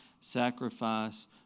sacrifice